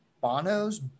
Bono's